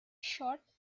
short